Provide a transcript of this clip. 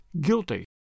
guilty